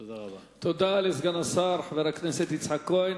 תודה לסגן השר, חבר הכנסת יצחק כהן.